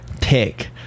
pick